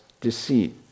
deceit